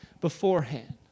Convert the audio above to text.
beforehand